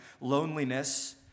loneliness